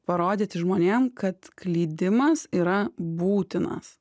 parodyti žmonėm kad klydimas yra būtinas